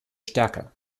stärke